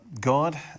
God